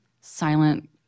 silent